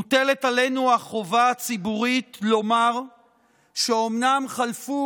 מוטלת עלינו החובה הציבורית לומר שאומנם חלפו